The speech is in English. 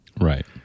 Right